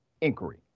inquiry